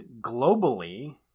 globally